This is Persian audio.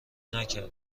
نکرده